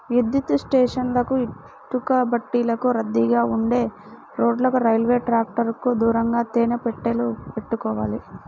విద్యుత్ స్టేషన్లకు, ఇటుకబట్టీలకు, రద్దీగా ఉండే రోడ్లకు, రైల్వే ట్రాకుకు దూరంగా తేనె పెట్టెలు పెట్టుకోవాలి